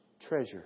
treasure